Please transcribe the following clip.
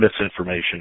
misinformation